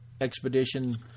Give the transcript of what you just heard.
expedition